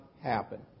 happen